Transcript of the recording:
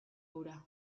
hura